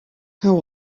how